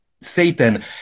Satan